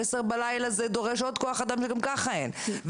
22:00 זה דורש עוד כוח אדם שגם כך אין,